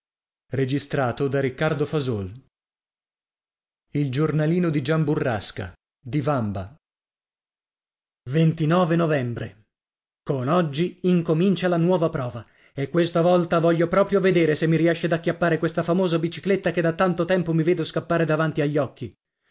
e io a io e e a novembre con oggi incomincia la nuova prova e questa volta voglio proprio vedere se mi riesce d'acchiappare questa famosa bicicletta che da tanto tempo mi vedo scappare davanti agli occhi